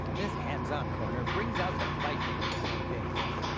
this hands-on corner brings out the viking in young danes.